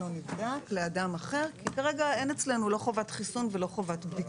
או נדבק לאדם אחר כי כרגע אין אצלנו לא חובת חיסון ולא חובת בדיקה.